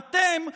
אתם,